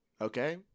Okay